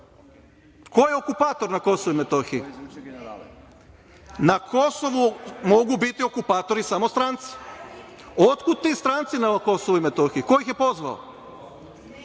Ko je okupator na Kosovu i Metohiji? Na Kosovu mogu biti okupatori samo stranci. Otkud ti stranci na Kosovu i Metohiji? Ko ih je pozvao?